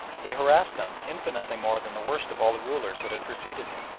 he harassed them infinitely more than the worst of all the rulers that had preceded him.